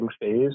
phase